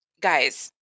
guys